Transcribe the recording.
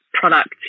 product